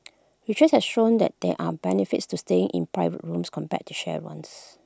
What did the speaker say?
research has shown that there are benefits to staying in private rooms compared to shared ones